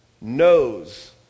knows